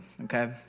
Okay